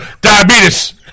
diabetes